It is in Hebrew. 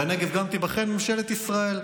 בנגב גם תיבחן ממשלת ישראל.